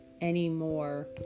anymore